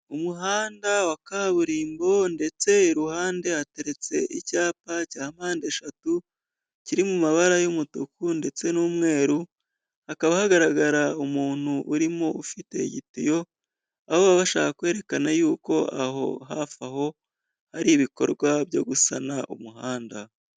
Umuhanda wa kaburimbo ndetse iruhande hateretse icyapa cya mpande eshatu kiri mu mabara y'umutuku ndetse n'umweru hakaba hagaragara umuntu urimo ufite igitiyo, aho baba bashaka kwerekana yuko aho hafi aho hari ibikorwa byo gusana umuhanda.